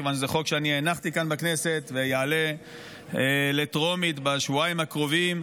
מכיוון שזה חוק שהנחתי כאן בכנסת ויעלה לטרומית בשבועיים הקרובים.